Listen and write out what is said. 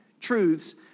truths